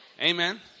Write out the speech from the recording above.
Amen